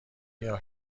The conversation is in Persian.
گیاه